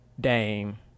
Dame